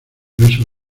beso